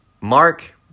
Mark